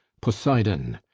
poseidon!